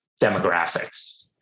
demographics